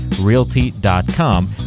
realty.com